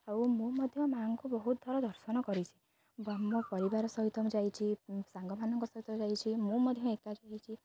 ଆଉ ମୁଁ ମଧ୍ୟ ମା'ଙ୍କୁ ବହୁତର ଦର୍ଶନ କରିଛି ମୋ ପରିବାର ସହିତ ମୁଁ ଯାଇଛିି ସାଙ୍ଗମାନଙ୍କ ସହିତ ଯାଇଛି ମୁଁ ମଧ୍ୟ ଏକା ଯାଇଛି